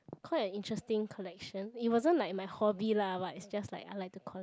quite a interesting collection it wasn't like my hobby lah but it's just like I like to collect